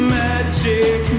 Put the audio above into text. magic